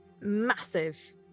massive